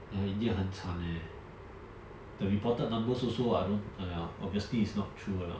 !aiya! india 很惨 leh the reported numbers also what I don't !aiya! obviously is not true lah